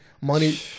money